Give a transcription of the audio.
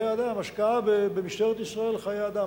חיי אדם,